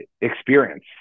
experience